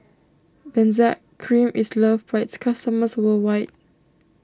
Benzac Cream is loved by its customers worldwide